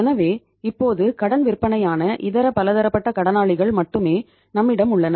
எனவே இப்போது கடன் விற்பனையான இதர பலதரப்பட்ட கடனாளிகள் மட்டுமே நம்மிடம் உள்ளனர்